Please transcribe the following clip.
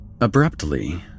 Abruptly